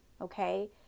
Okay